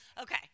Okay